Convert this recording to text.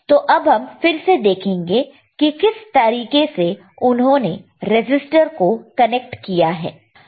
तो अब हम फिर से देखेंगे कि किस तरीके से उन्होंने रजिस्टर को कनेक्ट किया है